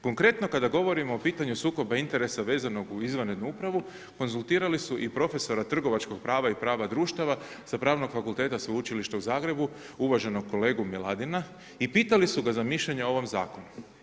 Konkretno kada govorimo o pitanju sukoba interesa vezanog u izvanrednu upravu, konzultirali su i profesora trgovačkog prava i prava društava sa Pravnog fakulteta Sveučilišta u Zagrebu, uvaženog kolegu Miladina, i pitali su ga za mišljenje o ovom zakonu.